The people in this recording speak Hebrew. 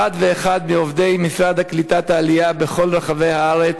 ואחד מעובדי משרד הקליטה והעלייה בכל רחבי הארץ,